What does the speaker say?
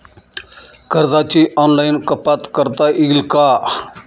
कर्जाची ऑनलाईन कपात करता येईल का?